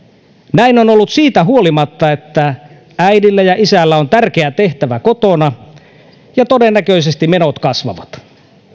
näin on ollut siitä huolimatta että äidillä ja isällä on tärkeä tehtävä kotona ja todennäköisesti menot kasvavat